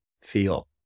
feel